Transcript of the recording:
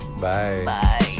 Bye